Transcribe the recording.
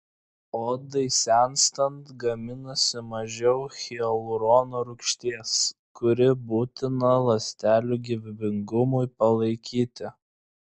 odai senstant gaminasi mažiau hialurono rūgšties kuri būtina ląstelių gyvybingumui palaikyti